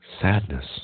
Sadness